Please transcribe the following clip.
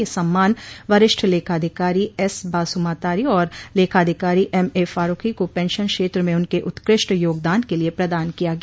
यह सम्मान वरिष्ठ लेखाधिकारी एस बासुमातारी और लेखाधिकारी एमएफारूखी को पेंशन क्षेत्र में उनके उत्कृष्ट योगदान के लिये प्रदान किया गया